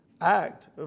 act